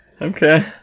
Okay